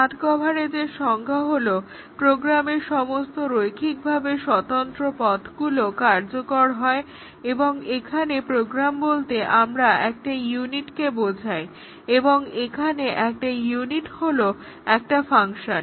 path কভারেজের সংজ্ঞা হলো প্রোগ্রামের সমস্ত রৈখিকভাবে স্বতন্ত্র পথগুলো কার্যকর হয় এবং এখানে প্রোগ্রাম বলতে আমরা একটা ইউনিটকে বোঝাই এবং এখানে একটা ইউনিট হলো একটা ফাংশন